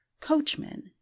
coachmen